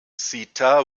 zeta